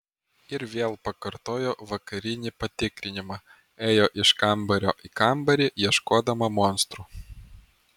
ir vėl pakartojo vakarinį patikrinimą ėjo iš kambario į kambarį ieškodama monstrų